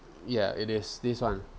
ya it is this one